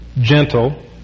gentle